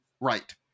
right